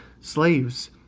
slaves